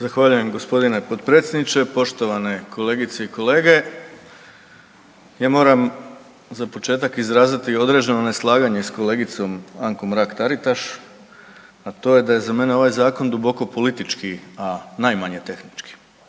Zahvaljujem g. potpredsjedniče, poštovane kolegice i kolege. Ja moram za početak izraziti određene neslaganje s kolegicom Ankom Mrak-Taritaš, a to je da je za mene ovaj Zakon duboko politički, a najmanje tehnički.